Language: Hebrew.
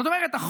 זאת אומרת,